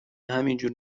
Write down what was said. همینجور